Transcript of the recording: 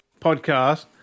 podcast